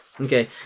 okay